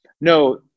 No